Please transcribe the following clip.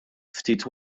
ftit